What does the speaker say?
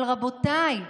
אבל רבותיי,